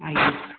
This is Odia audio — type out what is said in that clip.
ଆଜ୍ଞା